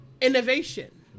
innovation